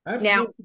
Now